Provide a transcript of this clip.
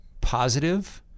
positive